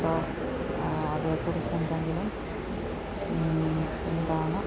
ഉണ്ടോ അതേക്കുറിച്ച് എന്തെങ്കിലും എന്താണ്